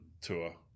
tour